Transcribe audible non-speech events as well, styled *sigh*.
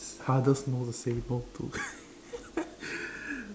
hardest no to say no to *laughs*